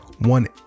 one